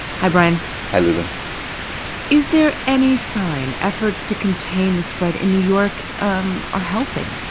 hi, brian hi, lulu is there any sign efforts to contain the spread in new york um are helping?